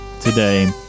today